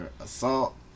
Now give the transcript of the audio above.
assault